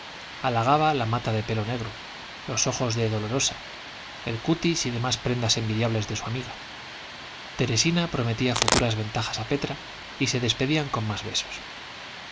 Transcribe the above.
alababa la mata de pelo negro los ojos de dolorosa el cutis y demás prendas envidiables de su amiga teresina prometía futuras ventajas a petra y se despedían con más besos